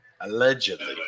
allegedly